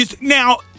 now